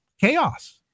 chaos